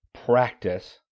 practice